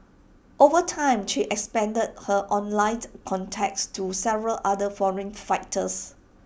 over time she expanded her online contacts to several other foreign fighters